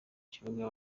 kibuga